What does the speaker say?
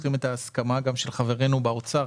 צריכים גם את ההסכמה של חברינו במשרד האוצר,